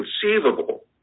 conceivable